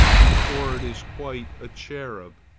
before it is quite a cherub.